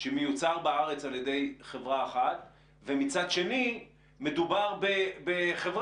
שמיוצר בארץ על ידי חברה אחת ומצד שני מדובר בחברה